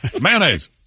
Mayonnaise